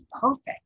perfect